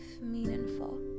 meaningful